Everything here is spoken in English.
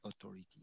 authority